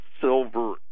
Silver